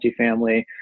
multifamily